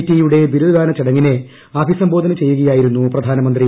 T യുടെ ബിരുദ ദാന ചടങ്ങിനെ അഭിസംബോധന ചെയ്യുകയായിരുന്നു പ്രധാനമന്ത്രി